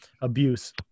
abuse